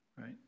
right